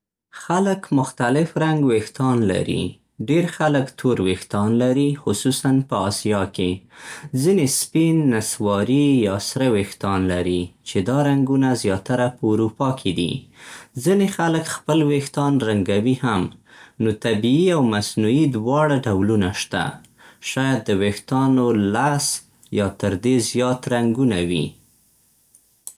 خلک مختلف رنګ ویښتان لري. ډېر خلک تور ویښتان لري، خصوصاً په آسیا کې. ځینې سپین، نسواري، یا سره ویښتان لري، چې دا رنګونه زیاتره په اروپا کې دي. ځینې خلک خپل ویښتان رنګوي هم. نو طبیعي او مصنوعي دواړه ډولونه شته. شاید د ویښتانو لس یا تر دې زیات رنګونه وي.